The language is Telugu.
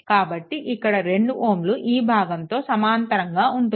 కాబట్టి ఇక్కడ 2Ω ఈ భాగంతో సమాంతరంగా ఉంటుంది